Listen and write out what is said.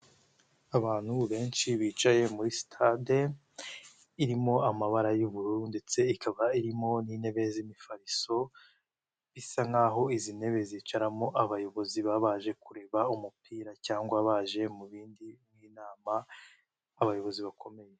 Abantu benshi bicaye muri sitade irimo amabara y'ubururu ndetse ikaba irimo n'intebe z'imifariso bisa nk'aho izi ntebe zicaramo abayobozi baba baje kureba umupira cyangwa baje mu zindi nama z'abayobozi bakomeye.